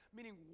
Meaning